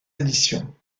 éditions